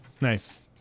Nice